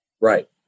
right